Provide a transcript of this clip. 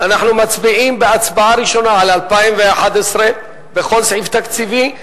אנחנו מצביעים בהצבעה ראשונה על 2011 בכל סעיף תקציבי,